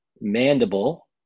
Mandible